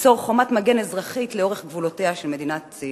ליצור חומת מגן אזרחית לאורך גבולותיה של המדינה הצעירה.